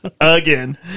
Again